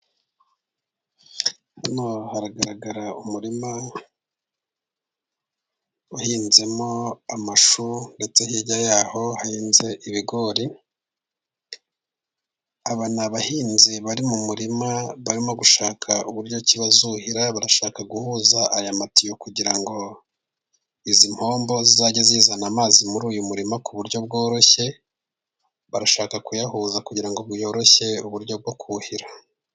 Hano haragaragara umurima wahinzwemo amashu ndetse hirya y'aho hahinze ibigori. Abahinzi bari mu murima barimo gushaka uburyo bazuhira, barashaka guhuza aya matiyo kugira ngo izi mpombo zizajye zizana amazi muri uyu murima ku buryo bworoshye, barashaka kuyahuza kugira ngo boroshye uburyo bwo kuhira.